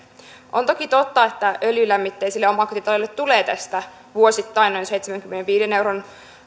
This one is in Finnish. on toki totta että öljylämmitteisille omakotitaloille tulee tästä vuosittain noin seitsemänkymmenenviiden euron